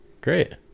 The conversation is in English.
Great